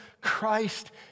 Christ